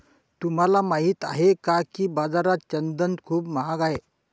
तुम्हाला माहित आहे का की बाजारात चंदन खूप महाग आहे?